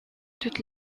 toute